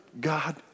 God